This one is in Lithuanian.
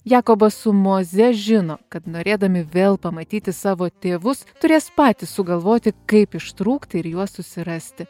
jakobas su moze žino kad norėdami vėl pamatyti savo tėvus turės patys sugalvoti kaip ištrūkti ir juos susirasti